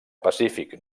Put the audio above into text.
pacífic